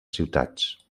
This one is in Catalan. ciutats